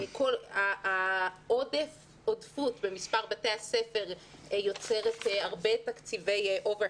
מכל העודפות במספר בתי הספר יוצרת הרבה תקציבי over head,